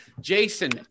jason